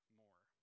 more